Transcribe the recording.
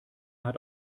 hat